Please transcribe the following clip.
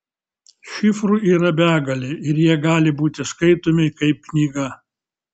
šifrų yra begalė ir jie gali būti skaitomi kaip knyga